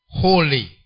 holy